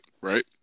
right